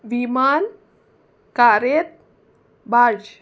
विमान कार्रेत बार्ज